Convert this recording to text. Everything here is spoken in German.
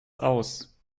aus